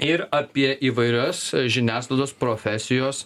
ir apie įvairios žiniasklaidos profesijos